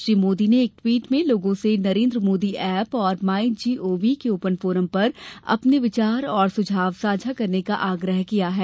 श्री मोदी ने एक ट्वीट में लोगों से नरेन्द्र मोदी एप और माईजीओवी ओपन फोरम पर अपने विचार और सुझाव साझा करने का आग्रह किया है